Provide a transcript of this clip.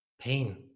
pain